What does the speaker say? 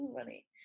funny